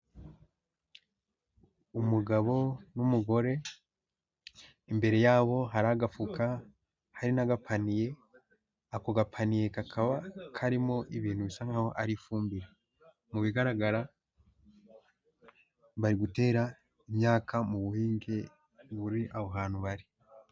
Umugabo n'umugore, imbere yabo hari agafuka hari n'agapaniye, ako gapaniye kakaba karimo ibintu bisa nk'aho ari ifumbire, mu bigaragara bari gutera imyaka mu buhinge buri aho hantu bari.